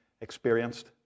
experienced